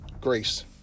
grace